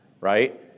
right